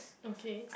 okay